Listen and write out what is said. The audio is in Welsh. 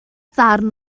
ddarn